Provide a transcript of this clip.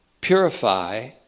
purify